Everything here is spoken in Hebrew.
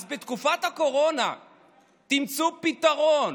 אז בתקופת הקורונה תמצאו פתרון.